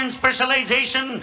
specialization